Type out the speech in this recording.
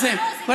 אז אני אומר,